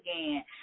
again